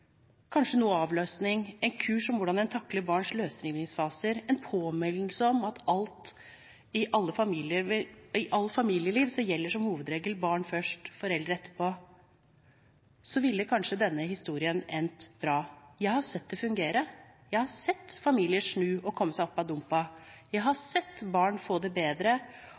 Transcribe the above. kanskje noe avløsning, et kurs om hvordan en takler barns løsrivingsfaser, en påminnelse om at i alt familieliv gjelder som hovedregel «barn først, foreldre etterpå», ville kanskje denne historien endt bra. Jeg har sett det fungere, jeg har sett familier snu og komme seg opp av dumpa, og jeg har sett barn få det bedre.